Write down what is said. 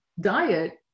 diet